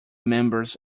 members